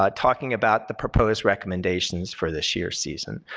um talking about the proposed recommendations for this year's season.